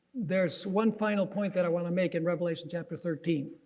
there is one final point that i want to make in revelation chapter thirteen.